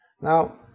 now